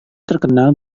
terkenal